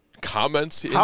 comments